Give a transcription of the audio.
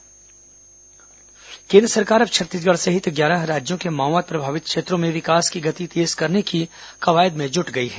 माओवाद बैठक केन्द्र सरकार अब छत्तीसगढ़ सहित ग्यारह राज्यों के माओवाद प्रभावित क्षेत्रों में विकास की गति तेज करने की कवायद में जुट गई है